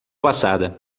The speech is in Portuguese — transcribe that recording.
passada